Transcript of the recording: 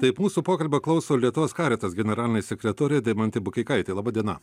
taip mūsų pokalbio klauso lietuvos caritas generalinė sekretorė deimantė bukeikaitė laba diena